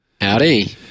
Howdy